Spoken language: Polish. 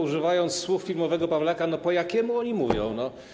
Używając słów filmowego Pawlaka: No po jakiemu oni mówią, no?